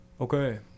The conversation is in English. Okay